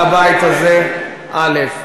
אני מבקש להגיד תודה לבית הזה, א.